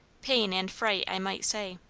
pain and fright, i might say.